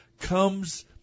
comes